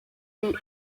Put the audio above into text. the